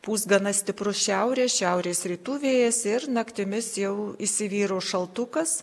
pūs gana stiprus šiaurės šiaurės rytų vėjas ir naktimis jau įsivyraus šaltukas